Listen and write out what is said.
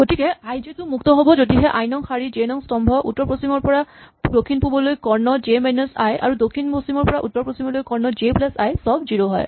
গতিকে i j টো মুক্ত হ'ব যদিহে আই নং শাৰী জে নং স্তম্ভ উত্তৰ পশ্চিমৰ পৰা দক্ষিণ পূবলৈ কৰ্ণ জে মাইনাচ আই আৰু দক্ষিণ পশ্চিমৰ পৰা উত্তৰ পশ্চিমলৈ কৰ্ণ জে প্লাচ আই চব জিৰ' হয়